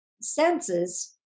senses